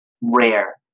rare